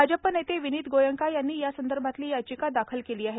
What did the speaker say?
भाजप नेते विनीत गोयंका यांनी यासंदर्भातली याचिका दाखल केली आहे